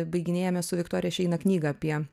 baiginėjame su viktorija šeina knygą apie